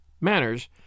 manners